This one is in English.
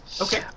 Okay